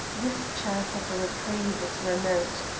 this chance of a reprieve is remote.